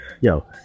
Yo